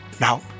Now